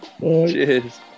Cheers